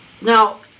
now